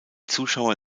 zuschauer